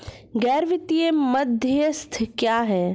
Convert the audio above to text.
गैर वित्तीय मध्यस्थ क्या हैं?